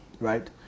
right